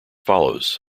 follows